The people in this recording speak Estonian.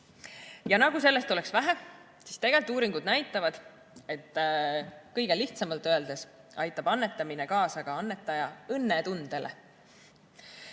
Ja nagu sellest oleks vähe, tegelikult uuringud näitavad, et kõige lihtsamalt öeldes aitab annetamine kaasa ka annetaja õnnetundele.